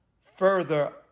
further